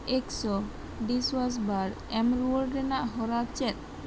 ᱮᱠᱥᱚ ᱵᱤᱥᱥᱟᱹᱥ ᱵᱟᱨ ᱮᱢ ᱨᱩᱣᱟᱹᱲ ᱨᱮᱱᱟᱜ ᱦᱚᱨᱟ ᱪᱮᱫ